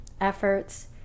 efforts